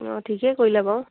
অঁ ঠিকে কৰিলে বাৰু